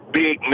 big